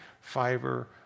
fiber